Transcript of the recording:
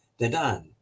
Dedan